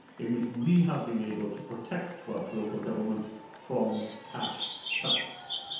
in which we have been able to protect welsh local government from cash cuts.